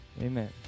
Amen